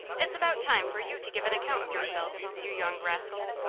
it's about time for you to give an account of yourselves, you young rascals.